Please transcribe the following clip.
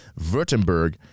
Württemberg